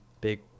big